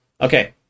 okay